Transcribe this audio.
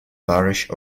parish